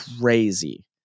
crazy